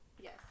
Yes